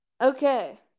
Okay